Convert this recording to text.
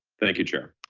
thank you, chair.